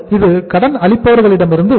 இது கடன் அளிப்பவர்களிடமிருந்து வரும்